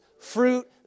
fruit